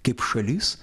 kaip šalis